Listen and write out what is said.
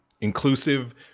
inclusive